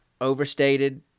overstated